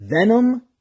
Venom